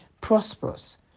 prosperous